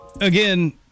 again